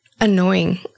annoying